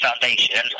foundation